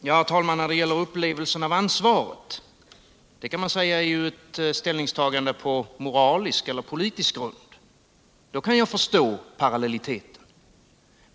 Herr talman! När det gäller upplevelsen av ansvaret kan man säga att det är ett ställningstagande på moralisk eller politisk grund. Då kan jag förstå parallelliteten.